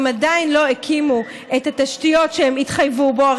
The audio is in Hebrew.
הם עדיין לא הקימו את התשתיות שהם התחייבו להן,